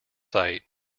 site